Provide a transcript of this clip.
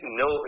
no